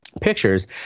pictures